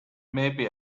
maybe